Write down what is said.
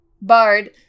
bard